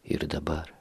ir dabar